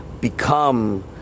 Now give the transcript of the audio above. become